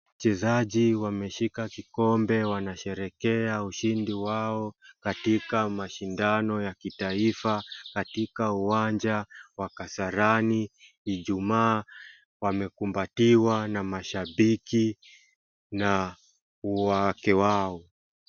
Wachezaji wameshika kikombe wanasherehekea ushindi wao, katika mashindano ya kitaifa, katika uwanja wa Kasarani, ijumaa, wamekumbatiwa na mashabiki na wake wao.